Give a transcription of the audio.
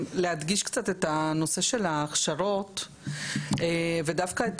להדגיש קצת את הנושא של ההכשרות ודווקא את